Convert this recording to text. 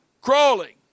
crawling